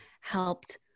helped